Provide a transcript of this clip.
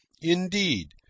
Indeed